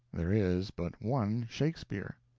there is but one shakespeare,